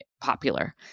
popular